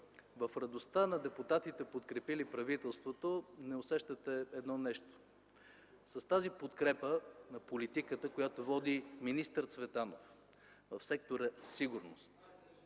В радостта на депутатите, подкрепили правителството, не усещате едно нещо. С тази подкрепа на политиката, която води министър Цветанов в сектора сигурност